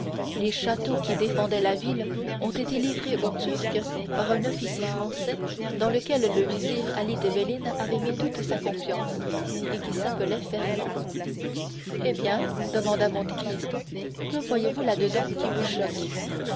les châteaux qui défendaient la ville ont été livrés aux turcs par un officier français dans lequel le vizir ali tebelin avait mis toute sa confiance et qui s'appelait fernand eh bien demanda monte cristo que voyez-vous là-dedans qui vous choque